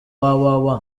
www